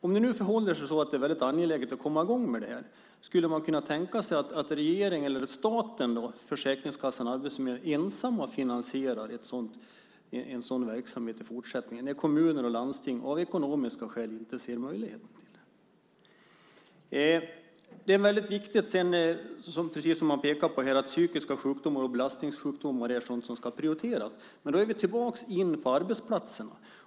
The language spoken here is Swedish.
Om det nu förhåller sig så att det är väldigt angeläget att komma i gång med detta, skulle man kunna tänka sig att staten - Försäkringskassan och Arbetsförmedlingen - ensamma finansierar en sådan verksamhet i fortsättningen när kommuner och landsting av ekonomiska skäl inte ser en möjlighet till det? Det är väldigt viktigt, precis som man pekar på här, att psykiska sjukdomar och belastningssjukdomar är sådant som ska prioriteras. Då är vi tillbaka på arbetsplatserna.